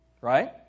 right